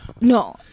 no